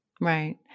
Right